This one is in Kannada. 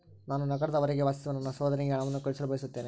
ನಾನು ನಗರದ ಹೊರಗೆ ವಾಸಿಸುವ ನನ್ನ ಸಹೋದರನಿಗೆ ಹಣವನ್ನು ಕಳುಹಿಸಲು ಬಯಸುತ್ತೇನೆ